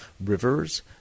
rivers